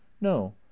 No